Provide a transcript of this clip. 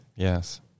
Yes